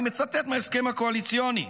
אני מצטט מההסכם הקואליציוני,